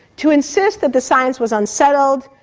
to insist that the science was unsettled,